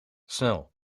snel